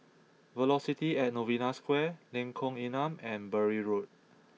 Velocity at Novena Square Lengkong Enam and Bury Road